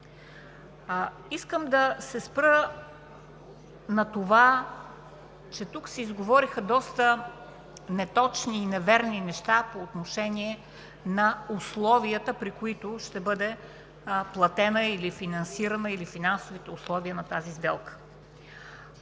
Искам да се спра на това, че тук се изговориха доста неточни и неверни неща по отношение на условията, при които ще бъде платена или финансирана, или финансовите условия на тази сделка.